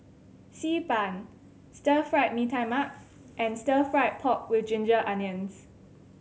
Xi Ban Stir Fried Mee Tai Mak and Stir Fried Pork With Ginger Onions